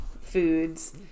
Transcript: foods